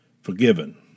forgiven